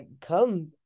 come